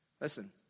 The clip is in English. Listen